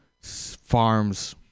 farms